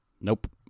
Nope